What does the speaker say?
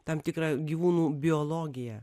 tam tikrą gyvūnų biologiją